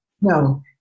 No